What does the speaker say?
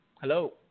Hello